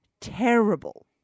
terrible